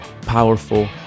powerful